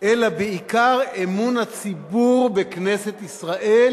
אלא בעיקר אמון הציבור בכנסת ישראל